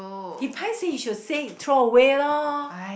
he paiseh he should say throw away loh